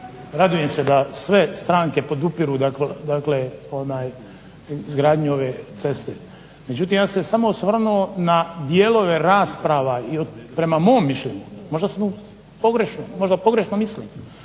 radujem se da sve stranke podupiru izgradnju ove ceste. Međutim, ja sam se samo osvrnuo na dijelove rasprava i prema mom mišljenju, možda pogrešno mislim,